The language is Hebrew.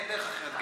אין דרך אחרת.